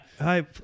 hi